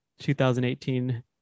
2018